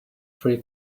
free